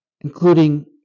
including